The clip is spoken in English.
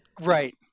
right